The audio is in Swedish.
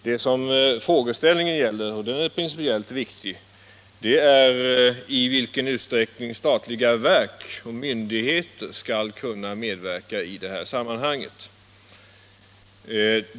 Det som frågeställningen gäller, och den är principiellt viktig, är i vilken utsträckning statliga verk och myndigheter skall kunna medverka i detta sammanhang.